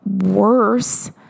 worse